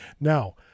Now